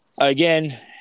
again